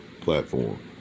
platform